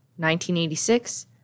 1986